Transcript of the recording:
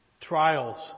trials